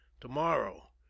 Tomorrow